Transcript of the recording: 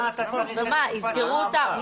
יסגרו אותם?